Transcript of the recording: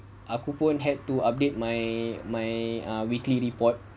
aku pun help to update my my weekly report